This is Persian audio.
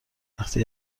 وقتی